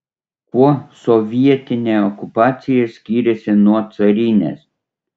kuo sovietinė okupacija skyrėsi nuo carinės